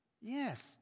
Yes